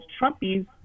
Trumpies